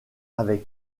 avait